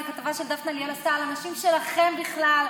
זו כתבה שדפנה ליאל עשתה על אנשים שלכם בכלל,